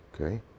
Okay